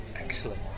excellent